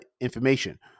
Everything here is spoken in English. information